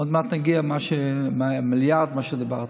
עוד מעט נגיע למיליארד, מה שדיברת.